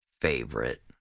Favorite